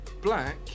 black